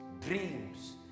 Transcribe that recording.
Dreams